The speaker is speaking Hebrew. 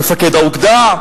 מפקד האוגדה,